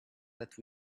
that